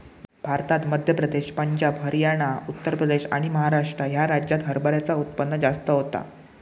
भारतात मध्य प्रदेश, पंजाब, हरयाना, उत्तर प्रदेश आणि महाराष्ट्र ह्या राज्यांत हरभऱ्याचा उत्पन्न जास्त होता